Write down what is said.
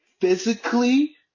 physically